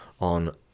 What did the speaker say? on